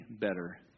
better